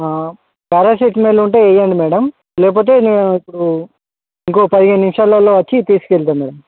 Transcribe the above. paracetamol ఉంటే వేయండి madam లేకపోతే నేను ఇప్పుడు ఇంకో పదిహేను నిమిషాలలో వచ్చి తీసుకెళ్తా మేడమ్